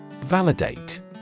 Validate